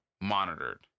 monitored